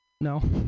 No